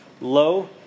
low